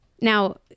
Now